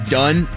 done